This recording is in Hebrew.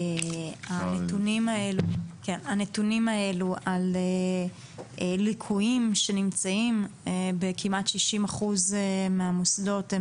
הנתונים האלה על ליקויים שנמצאים בכמעט 60% מהמוסדות הם